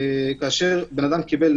כאשר בן אדם קיבל,